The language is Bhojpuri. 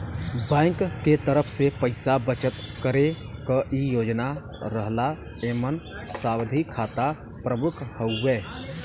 बैंक के तरफ से पइसा बचत करे क कई योजना रहला एमन सावधि खाता प्रमुख हउवे